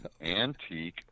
antique